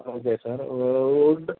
okay sir wood